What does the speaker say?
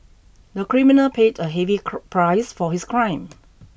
the criminal paid a heavy price for his crime